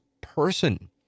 person